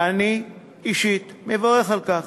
ואני אישית מברך על כך.